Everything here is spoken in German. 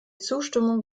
zustimmung